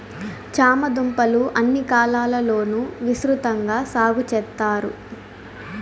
చామ దుంపలు అన్ని కాలాల లోనూ విసృతంగా సాగు చెత్తారు